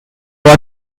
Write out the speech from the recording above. non